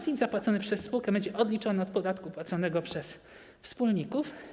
CIT zapłacony przez spółkę będzie odliczony od podatku płaconego przez wspólników.